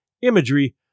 imagery